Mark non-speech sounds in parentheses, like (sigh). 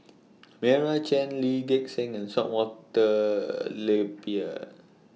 Meira Chand Lee Gek Seng and Some Walter (noise) Napier